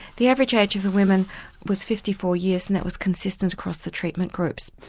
the average age of the women was fifty four years and that was consistent across the treatment groups.